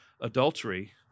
adultery